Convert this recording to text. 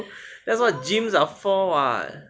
that's what gyms are for what